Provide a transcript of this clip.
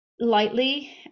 lightly